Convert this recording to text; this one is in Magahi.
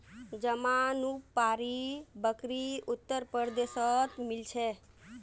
जमानुपारी बकरी उत्तर प्रदेशत मिल छे